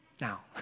Now